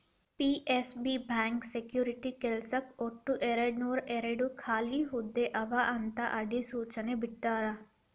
PNB bank security ಕೆಲ್ಸಕ್ಕ ಒಟ್ಟು ಎರಡನೂರಾಯೇರಡ್ ಖಾಲಿ ಹುದ್ದೆ ಅವ ಅಂತ ಅಧಿಸೂಚನೆ ಬಿಟ್ಟಾರ